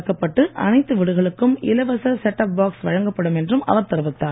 தொடக்கப்பட்டு அனைத்து வீடுகளுக்கும் இலவச செட் டாப் பாக்ஸ் வழங்கப்படும் என்றும் அவர் தெரிவித்தார்